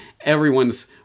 Everyone's